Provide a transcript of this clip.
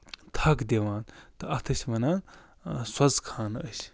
تھَک دِوان تہٕ اَتھ ٲسۍ وَنان سۄژٕ خانہٕ أسۍ